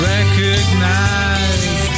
Recognize